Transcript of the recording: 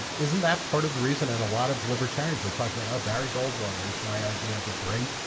isn't that part of the reason and a lot of libertarians you'll talk about oh barry goldwater is my idea of a great